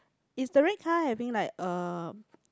is the red car having like a